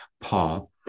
Paul